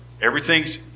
everything's